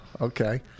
okay